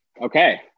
Okay